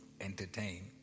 Entertain